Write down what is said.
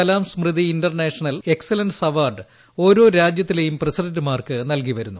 Kalam Smriti international excellence award ഓരോ രാജ്യത്തിലെയും പ്രസിഡന്റ്മാർക്ക് നൽകി വരുന്നു